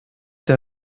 der